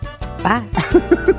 Bye